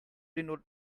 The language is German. den